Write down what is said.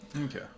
okay